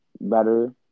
better